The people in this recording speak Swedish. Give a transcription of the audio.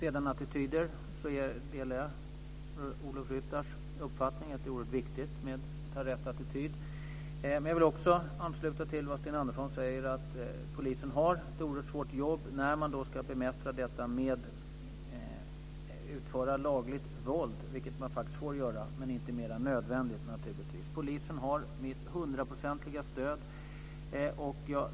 Jag delar Bengt-Ola Ryttars uppfattning att det är oerhört viktigt att ha rätt attityd. Jag vill också ansluta till det Sten Andersson säger om att polisen har ett oerhört svårt jobb när den ska bemästra och utföra lagligt våld, vilket man faktiskt får göra, även om det naturligtvis inte ska vara mer än nödvändigt. Polisen har mitt hundraprocentiga stöd.